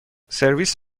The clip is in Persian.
سرویس